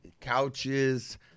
couches